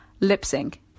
lip-sync